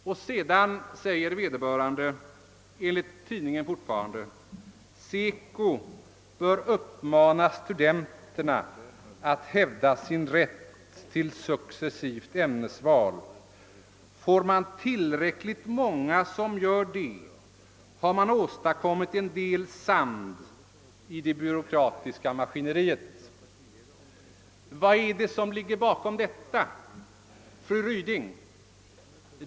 Vidare sade vederbörande — fortfarande enligt tidningen: »Seco bör uppmana studenterna att hävda sin rätt till successivt ämnesval, ——— Får man tillräckligt många som gör det har man åstadkommit en del sand i det byråkratiska maskineriet.» Vad ligger bakom detta?